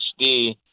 HD